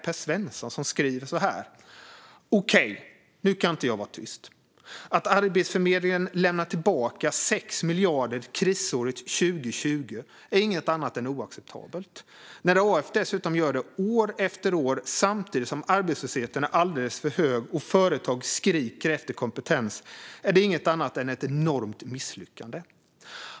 Han skriver att han inte kan vara tyst nu och att det inte är något annat än oacceptabelt att Arbetsförmedlingen lämnar tillbaka 6 miljarder krisåret 2020. Han skriver också att det inte är något annat än ett enormt misslyckande när AF dessutom gör det år efter år samtidigt som arbetslösheten är alldeles för hög och företag skriker efter kompetens.